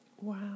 Wow